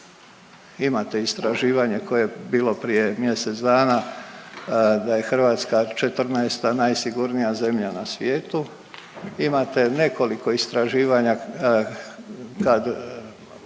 Imate istraživanje koje je bilo prije mjesec dana da je Hrvatska 14 najsigurnija zemlja na svijetu. Imate nekoliko istraživanja kad